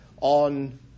on